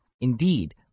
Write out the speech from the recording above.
Indeed